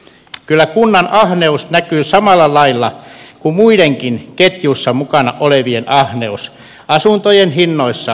kyllä kunnan ahneus näkyy samalla lailla kuin muidenkin ketjussa mukana olevien ahneus asuntojen hinnoissa ja markkinoissa